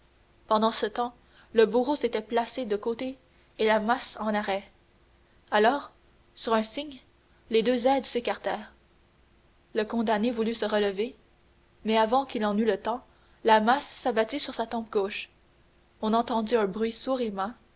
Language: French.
pendant ce temps le bourreau s'était placé de côté et la masse en arrêt alors sur un signe les deux aides s'écartèrent le condamné voulut se relever mais avant qu'il en eût le temps la masse s'abattit sur sa tempe gauche on entendit un bruit sourd